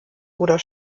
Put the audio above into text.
oder